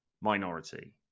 minority